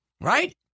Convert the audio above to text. Right